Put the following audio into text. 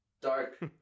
Dark